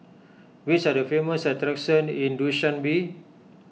which are the famous attractions in Dushanbe